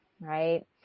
Right